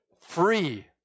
free